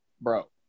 bro